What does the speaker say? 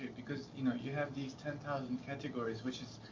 because, you know, you have these ten thousand categories which is,